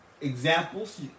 examples